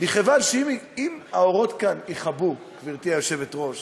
מכיוון שאם האורות כאן יכבו, גברתי היושבת-ראש,